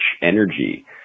Energy